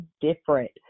different